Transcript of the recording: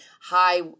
high